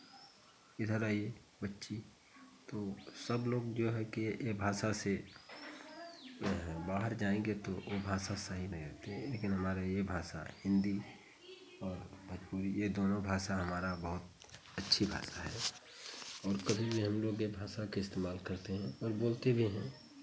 इधर आइये बच्ची तो सब लोग जो है कि ये भाषा से बाहर जाएंगे तो ओ भाषा सही नहीं लगती लेकिन हमारे ये भाषा हिन्दी और भोजपुरी ये दोनों भाषा हमारा बहुत अच्छी भाषा है और कभी भी हम लोग ये भाषा के इस्तेमाल करते हैं और बोलते भी हैं